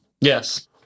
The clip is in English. Yes